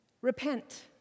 Repent